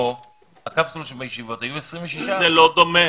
הקפסולות שבישיבות היו 26. זה לא דומה